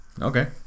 Okay